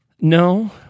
No